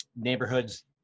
neighborhoods